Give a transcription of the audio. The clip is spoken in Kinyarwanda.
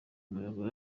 muyaga